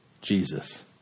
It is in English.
Jesus